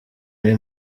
ari